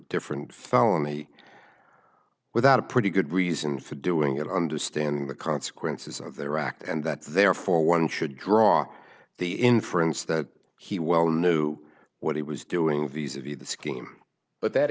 different felony without a pretty good reason for doing it understanding the consequences of their act and that therefore one should draw the inference that he well knew what he was doing visa v the scheme but that